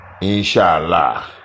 Inshallah